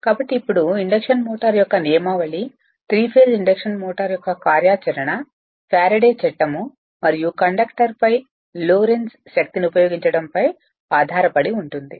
కాబట్టి ఇప్పుడు induction motor యొక్క నియమావళి త్రీ ఫేస్ ఇండక్షన్ మోటారు యొక్క కార్యాచరణ ఫ్యారడే చట్టం మరియు కండక్టర్పై లోరెంజ్ శక్తిని ఉపయోగించడంపై ఆధారపడి ఉంటుంది